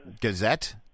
Gazette